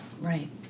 Right